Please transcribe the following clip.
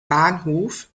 bahnhof